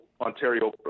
Ontario